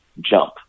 jump